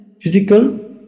physical